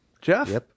Jeff